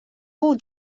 бул